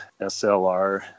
SLR